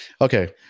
okay